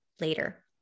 later